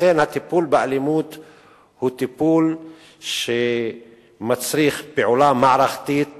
לכן הטיפול באלימות הוא טיפול שמצריך פעולה מערכתית